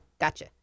Gotcha